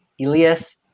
Elias